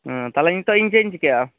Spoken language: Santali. ᱛᱟᱦᱚᱞᱮ ᱤᱧ ᱱᱤᱛᱚᱜ ᱤᱧ ᱪᱮᱫ ᱤᱧ ᱪᱤᱠᱟᱹᱭᱟ